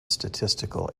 statistical